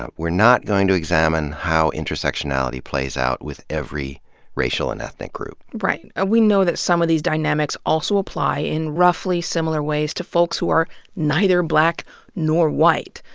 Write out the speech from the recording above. ah we are not going to examine how intersectionality plays out with every racial and ethnic group. right. and we know that some of these dynamics also apply, in roughly similar ways, to folks who are neither black nor white.